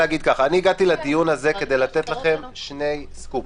הגעתי לדיון הזה כדי לתת לכם שני סקופים.